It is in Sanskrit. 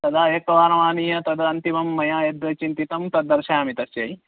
तदा एकवारमानीय तदन्तिमं मया यद् चिन्तितं तद् दर्शयामि तस्यै